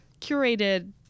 curated